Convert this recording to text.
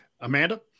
Amanda